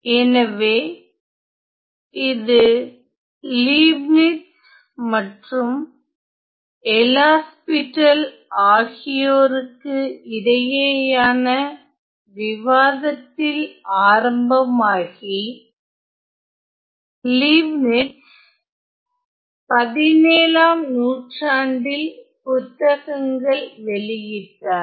எனவே இது லீப்னிஸ் மற்றும் எல்ஹாஸ்பிடல் அகியோருக்கு இடையேயான விவாதத்தில் ஆரம்பமாகி லீப்னிஸ் 17 ம் நூற்றாண்டில் புத்தகங்கள் வெளியிட்டார்